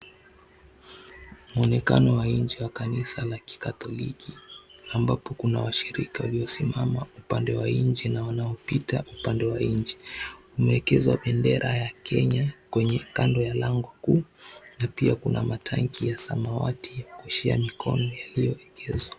Muonekano wa inje ya kanisa la kikatholiki ambapo Kuna washirika waliosimama upande wa inje na wanaopita upande wa inje umeekezwa bendera ya Kenya Kwenye kando la lango kuu na pia kuna matanki ya samawati ya kuosha mikono iliyoegezwa.